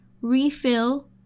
refill